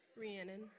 Rhiannon